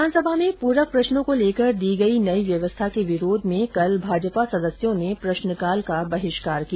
विधानसभा में पूरक प्रष्नों को लेकर दी गई नयी व्यवस्था के विरोध में कल भाजपा सदस्यों ने प्रष्नकाल का बहिष्कार किया